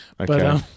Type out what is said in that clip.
Okay